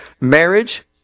marriage